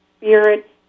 spirit